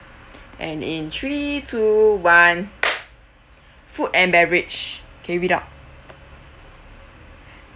and in three two one food and beverage okay read out